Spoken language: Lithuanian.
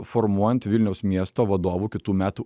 formuojant vilniaus miesto vadovų kitų metų